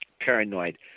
paranoid